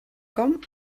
com